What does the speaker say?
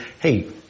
Hey